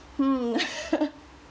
hmm